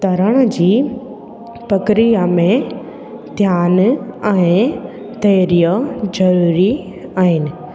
तरण जी पक्रिया में ध्यानु ऐं धैर्य ज़रूरी आहिनि